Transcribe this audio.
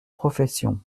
profession